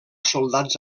soldats